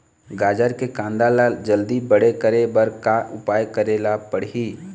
गाजर के कांदा ला जल्दी बड़े करे बर का उपाय करेला पढ़िही?